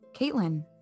Caitlin